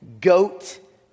GOAT